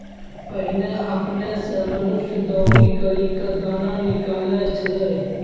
पहिने आपने सें मनुष्य दौरी करि क दाना निकालै छलै